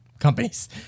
Companies